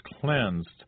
cleansed